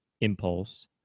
impulse